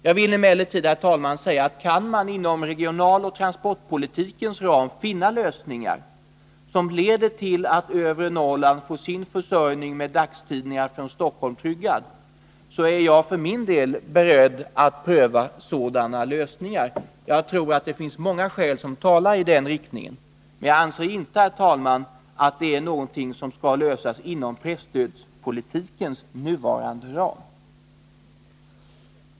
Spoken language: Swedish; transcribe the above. Jag vill emellertid, herr talman, säga att kan man inom regionaloch transportpolitikens ram finna lösningar som leder till att övre Norrland får sin försörjning med dagstidningar från Stockholm tryggad, är jag för min del beredd att vara positiv till sådana lösningar. Jag tror att det finns många skäl som talar i den riktningen. Men jag anser inte, herr talman, att det är något som skall lösas inom presstödspolitikens nuvarande ram.